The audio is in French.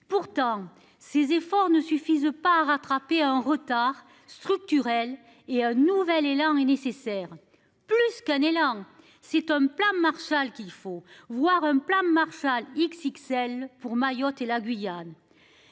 Pourtant, ces efforts ne suffisent pas à rattraper un retard structurel et un nouvel élan est nécessaire. Plus qu'un élan cet homme plan Marshall qu'il faut voir un plan Marshall XXL pour Mayotte et la Guyane.